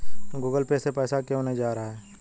Google pay से पैसा क्यों नहीं जा रहा है?